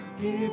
Give